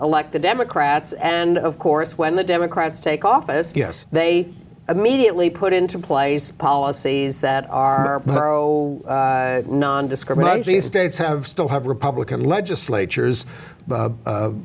elect the democrats and of course when the democrats take office yes they immediately put into place policies that are morrow nondiscriminatory states have still have republican legislatures